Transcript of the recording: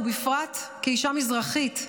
ובפרט כאישה מזרחית,